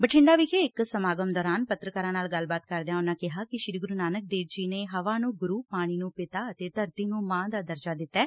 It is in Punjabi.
ਬਠਿੰਡਾ ਵਿਖੇ ਇਕ ਸਮਾਗਮ ਦੌਰਾਨ ਪੱਤਰਕਾਰਾਂ ਨਾਲ ਗੱਲਬਾਤ ਕਰਦਿਆਂ ਉਨਾਂ ਕਿਹਾ ਕਿ ਸ੍ਰੀ ਗੁਰੂ ਨਾਨਕ ਦੇਵ ਜੀ ਨੇ ਹਵਾ ਨੂੰ ਗੁਰੂ ਪਾਣੀ ਨੂੰ ਪਿਤਾ ਅਤੇ ਧਰਤੀ ਨੂੰ ਮਾਂ ਦਾ ਦਰਜਾ ਦਿੱਤੈ